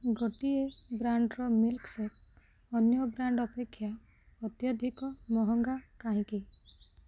ଗୋଟିଏ ବ୍ରାଣ୍ଡ୍ର ମିଲ୍କସେକ୍ ଅନ୍ୟ ବ୍ରାଣ୍ଡ୍ ଅପେକ୍ଷା ଅତ୍ୟଧିକ ମହଙ୍ଗା କାହିଁକି